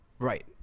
right